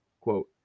quote